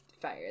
fire